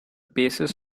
basis